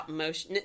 motion